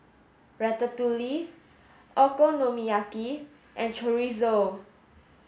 Ratatouille Okonomiyaki and Chorizo